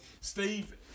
Steve